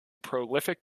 prolific